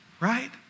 right